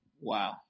Wow